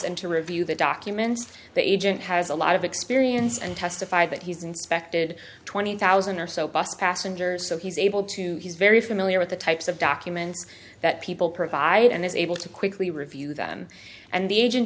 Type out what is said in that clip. and to review the documents the agent has a lot of experience and testify that he's inspected twenty thousand or so bus passengers so he's able to he's very familiar with the types of documents that people provide and is able to quickly review them and the agent